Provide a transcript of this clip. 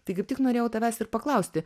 tai kaip tik norėjau tavęs ir paklausti